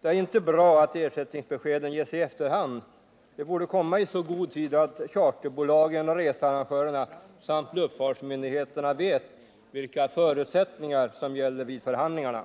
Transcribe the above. Det är inte bra att ersättningsbeskeden ges i efterhand, de borde komma i så god tid att charterbolagen, researrangörerna och luftfartsmyndigheterna vid förhandlingarna vet vilka förutsättningar som gäller.